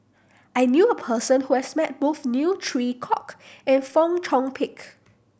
I knew a person who has met both Neo Chwee Kok and Fong Chong Pik